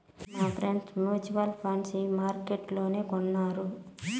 మాఫ్రెండ్ mutual fund ఈ మార్కెట్లనే కొనినారు